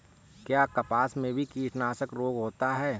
क्या कपास में भी कीटनाशक रोग होता है?